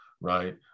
Right